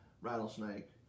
rattlesnake